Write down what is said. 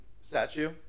statue